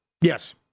Yes